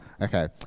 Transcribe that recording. Okay